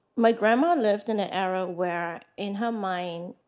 like um ah lived in an era where, in her mind,